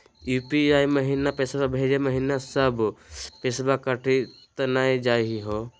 UPI महिना पैसवा भेजै महिना सब पैसवा कटी त नै जाही हो?